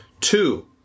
two